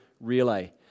relay